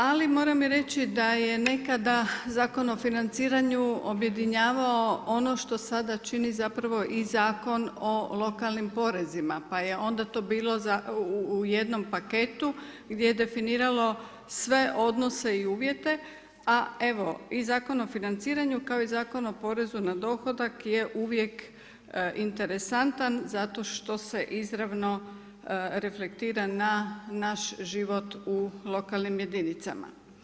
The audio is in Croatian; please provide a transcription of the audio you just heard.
Ali moram i reći da je nekada Zakon o financiranju objedinjavao ono što sada čini zapravo i Zakon o lokalnim porezima pa je onda to bilo u jednom paketu gdje je definiralo sve odnose i uvjete a evo i Zakon o financiranju kao i Zakon o porezu na dohodak je uvijek interesantan zato što se izravno reflektira na naš život u lokalnim jedinicama.